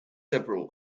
several